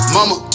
Mama